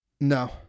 No